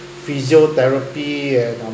physiotherapy and um